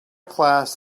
class